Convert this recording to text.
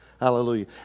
Hallelujah